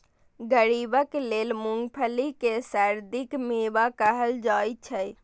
गरीबक लेल मूंगफली कें सर्दीक मेवा कहल जाइ छै